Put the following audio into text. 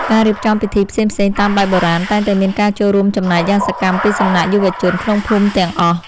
ការរៀបចំពិធីផ្សេងៗតាមបែបបុរាណតែងតែមានការចូលរួមចំណែកយ៉ាងសកម្មពីសំណាក់យុវជនក្នុងភូមិទាំងអស់។